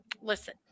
listen